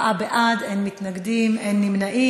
ההצעה להעביר